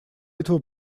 этого